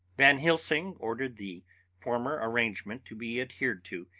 van helsing ordered the former arrangement to be adhered to,